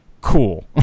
Cool